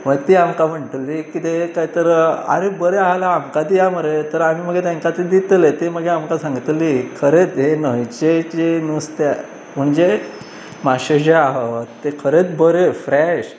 मागीर ती आमकां म्हणटली किदें काय तर आरे बरें आहाल्यार आमकां दिया मरे तर आमी मागीर तेंकां ते दितले ती मागीर आमकां सांगतली खरेच हे न्हंयचे जें नुस्तें म्हणजे माशे जें आह ते खरेच बरे फ्रेश